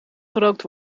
gerookt